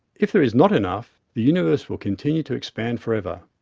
if there is not enough, the universe will continue to expand forever,